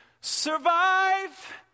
survive